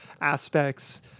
aspects